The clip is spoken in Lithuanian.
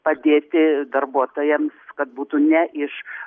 padėti darbuotojams kad būtų ne iš